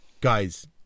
guys